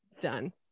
done